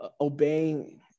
obeying